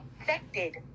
affected